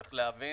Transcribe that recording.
צריך להבין.